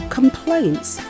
complaints